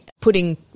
putting –